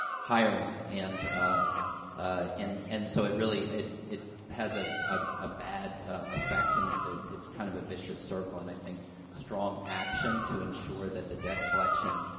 hiring. and, ah, ah and and so, it really it it has a a a bad, ah, effect, and it's a it's kind of a vicious circle, and i think strong action to ensure that the debt collection,